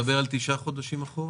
זה מדבר על 9 חודשים אחורה?